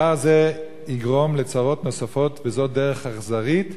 דבר זה יגרום לצרות נוספות, וזאת דרך אכזרית,